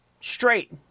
straight